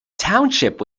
township